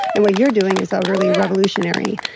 and what you're doing is overly revolutionary.